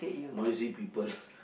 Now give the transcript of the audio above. noisy people